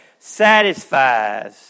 satisfies